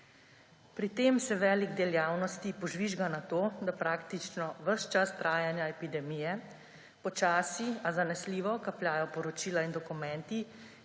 Pri tem se velik del javnosti požvižga na to, da praktično ves čas trajanja epidemije počasi, a zanesljivo kapljajo poročilo in dokumenti,